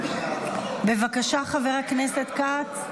בבקשה, חבר הכנסת כץ.